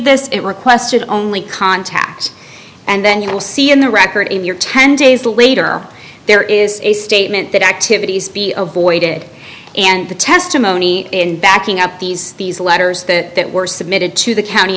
this it requested only contact and then you will see in the record in your ten days later there is a statement that activities be avoided and the testimony in backing up these these letters that were submitted to the county